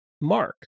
Mark